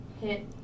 hit